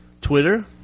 Twitter